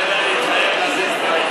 אתה יודע להתחייב ולהזיז דברים,